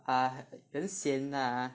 !hais! 很 sian lah